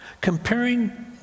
comparing